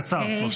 קצר, קצר.